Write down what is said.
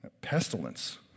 Pestilence